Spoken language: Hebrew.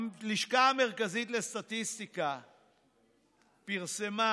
הלשכה המרכזית לסטטיסטיקה פרסמה